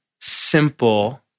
simple